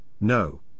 no